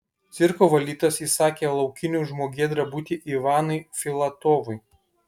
cirko valdytojas įsakė laukiniu žmogėdra būti ivanui filatovui